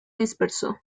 dispersó